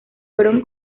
fueron